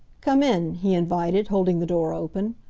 come in, he invited, holding the door open.